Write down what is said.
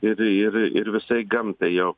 ir ir ir visai gamtai jo